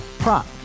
Prop